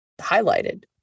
highlighted